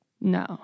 no